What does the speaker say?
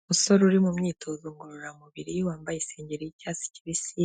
Umusore uri mu myitozo ngororamubiri wambaye isengeri y'icyatsi kibisi,